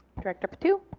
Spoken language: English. director patu.